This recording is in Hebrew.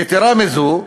יתרה מזאת,